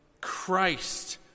Christ